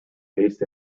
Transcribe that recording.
based